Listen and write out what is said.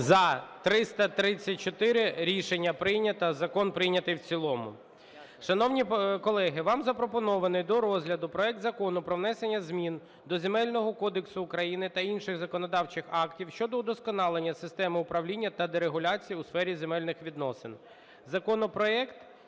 За-334 Рішення прийнято. Закон прийнятий в цілому. Шановні колеги, вам запропонований до розгляду проект Закону про внесення змін до Земельного кодексу України та інших законодавчих актів щодо удосконалення системи управління та дерегуляції у сфері земельних відносин.